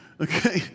Okay